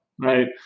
right